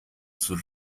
sus